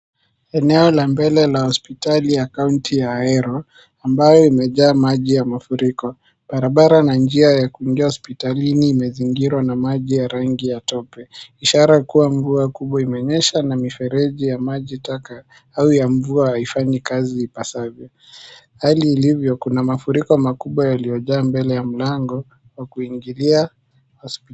Eneo la mbele la hospitali ya county ya Ahera ambayo imejaa maji ya mafuriko barabara na njia ya kuingia hospitalini imezingirwa na maji ya rangi ya tope ishara ya kuwa mvua kubwa imenyesha na mifereji ya maji taka au ya mvua haifanyi kazi ipasavyo. Hali ilivyo kuna mafuriko makubwa yaliyojaa mbele ya mlango wa kuingilia hospitali.